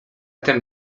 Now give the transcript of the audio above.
ten